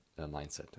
mindset